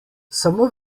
samo